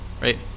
right